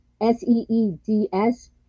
S-E-E-D-S